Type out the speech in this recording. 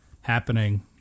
happening